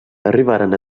arribaren